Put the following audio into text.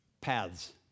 Paths